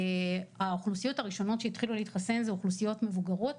האוכלוסיות הראשונות שהתחילו להתחסן זה אוכלוסיות מבוגרות